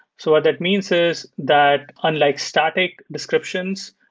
so that means is that unlike static descriptions,